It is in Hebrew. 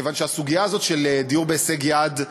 כיוון שהסוגיה הזאת של דיור בהישג יד,